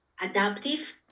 adaptive